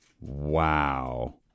Wow